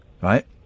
right